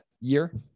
year